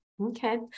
Okay